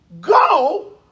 Go